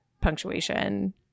punctuation